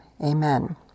Amen